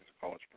college